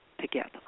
together